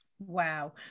Wow